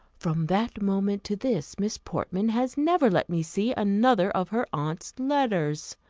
from that moment to this, miss portman has never let me see another of her aunt's letters.